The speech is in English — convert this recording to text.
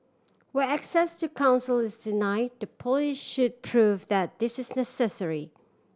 where access to counsel is deny the police should prove that this is necessary